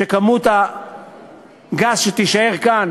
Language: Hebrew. שכמות הגז שתישאר כאן